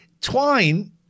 Twine